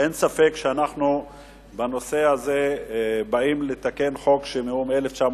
אין ספק שאנחנו בנושא הזה באים לתקן חוק שהוא מ-1962.